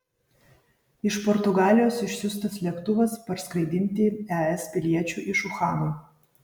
iš portugalijos išsiųstas lėktuvas parskraidinti es piliečių iš uhano